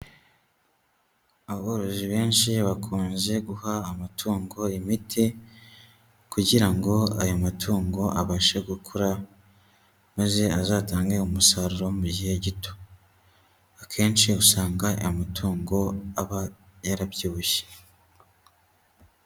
Aborozi benshi bakunze guha amatungo imiti, kugira ngo ayo matungo abashe gukura maze azatange umusaruro mu gihe gito, akenshi usanga aya amatungo aba yarabyibushye.